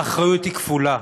והאחריות היא כפולה: